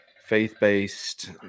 faith-based